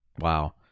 Wow